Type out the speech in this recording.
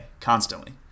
constantly